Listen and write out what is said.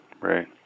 right